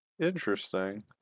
Interesting